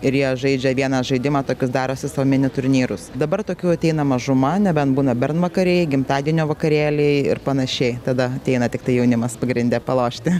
ir jie žaidžia vieną žaidimą tokius darosi sau mini turnyrus dabar tokių ateina mažuma nebent būna bernvakariai gimtadienio vakarėliai ir panašiai tada ateina tiktai jaunimas pagrinde palošti